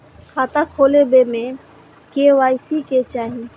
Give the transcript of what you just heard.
खाता खोला बे में के.वाई.सी के चाहि?